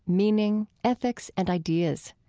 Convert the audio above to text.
meaning, ethics, and ideas.